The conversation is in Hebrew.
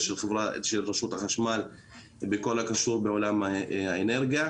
של רשות החשמל בכל הקשור בעולם האנרגיה.